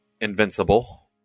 Invincible